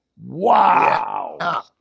Wow